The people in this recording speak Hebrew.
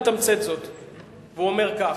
מתמצת זאת והוא אומר כך: